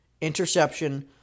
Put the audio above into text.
Interception